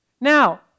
Now